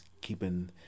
keeping